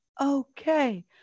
okay